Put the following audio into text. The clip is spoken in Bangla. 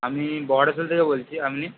আমি বহড়াশোল থেকে বলছি আপনি